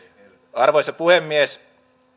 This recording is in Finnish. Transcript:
arvoisa puhemies